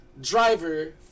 driver